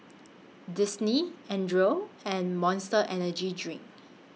Disney Andre and Monster Energy Drink